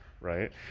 Right